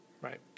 Right